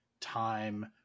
time